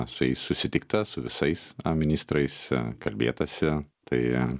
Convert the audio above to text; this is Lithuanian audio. su jais susitikta su visais ministrais kalbėtasi tai